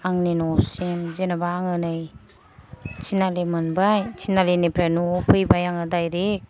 आंनि न'सिम जेनबा आङो नै तिनालि मोनबाय तिनालिनिफ्राइ न'आव फैबाय आङो दाइरेक्ट